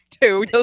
Two